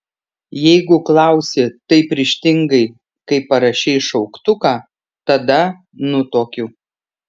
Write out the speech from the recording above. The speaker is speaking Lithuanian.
jeigu klausi taip ryžtingai kaip parašei šauktuką tada nutuokiu